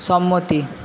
সম্মতি